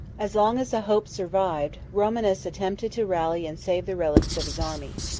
as long as a hope survived, romanus attempted to rally and save the relics of his army.